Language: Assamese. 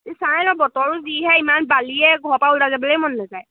চাই ন বতৰো যহে ইমান বালিয়ে ঘোৰ পা ওলাই যাবলেই মন নেযায়